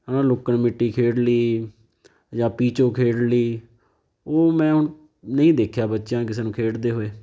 ਹੈ ਨਾ ਲੁੱਕਣ ਮਿੱਟੀ ਖੇਡ ਲਈ ਜਾਂ ਪੀਚੋ ਖੇਡ ਲਈ ਉਹ ਮੈਂ ਹੁਣ ਨਹੀਂ ਦੇਖਿਆ ਬੱਚਿਆਂ ਕਿਸੇ ਨੂੰ ਖੇਡਦੇ ਹੋਏ